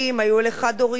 חד-הוריות,